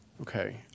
Okay